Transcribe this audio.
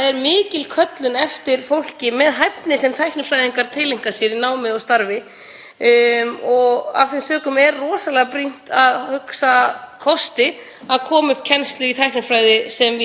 þess að koma upp kennslu í tæknifræði sem víðast. Það er ekki síður mikilvægt að mínu mati, og ég hef alltaf verið sérlegur áhugamaður um það, að horfa á ákveðinn sveigjanleika fyrir háskólana